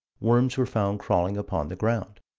worms were found crawling upon the ground.